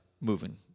moving